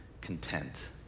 content